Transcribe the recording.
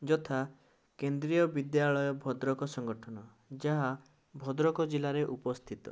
ଯଥା କେନ୍ଦ୍ରୀୟ ବିଦ୍ୟାଳୟ ଭଦ୍ରକ ସଂଗଠନ ଯାହା ଭଦ୍ରକ ଜିଲ୍ଲାରେ ଉପସ୍ଥିତ